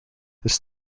this